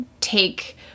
take